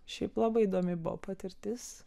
šiaip labai įdomi buvo patirtis